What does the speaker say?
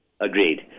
Agreed